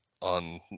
on